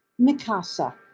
Mikasa